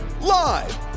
Live